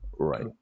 Right